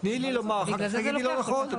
תני לי לדבר ואחר כך תגידי לא נכון.